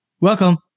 Welcome